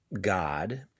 God